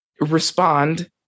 respond